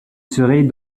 serez